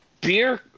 beer